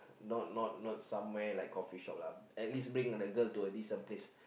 not not not somewhere like coffee shop lah at least bring the girl to a decent place